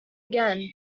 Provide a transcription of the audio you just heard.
again